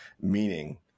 meaning